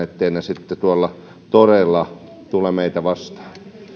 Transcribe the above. etteivät ne sitten tuolla toreilla tule meitä vastaan